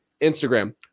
instagram